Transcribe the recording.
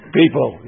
people